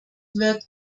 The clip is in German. wird